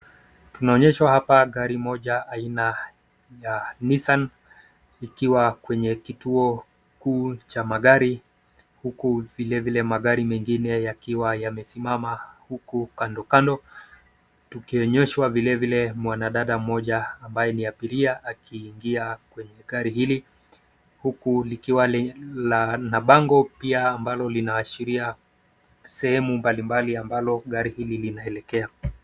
Tunaonyeshwa hapa gari moja aina ya Nissan ikiwa kwenye kituo kuu cha magari, huku vilevile magari mengine yakiwa yamesimama huku kandokando, tukionyeshwa vilevile mwanadada mmoja ambaye ni abiria akiingia kwenye gari hili, huku likiwa na bango pia ambalo linaashiria sehemu mbalimbali ambalo gari hili linaelekea.